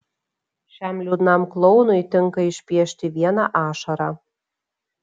šiam liūdnam klounui tinka išpiešti vieną ašarą